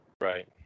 Right